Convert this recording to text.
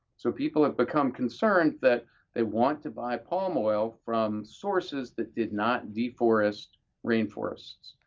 so people have become concerned that they want to buy palm oil from sources that did not deforest rain forests.